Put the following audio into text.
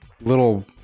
little